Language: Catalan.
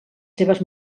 seves